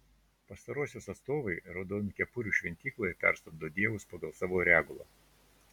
pastarosios atstovai raudonkepurių šventykloje perstumdo dievus pagal savo regulą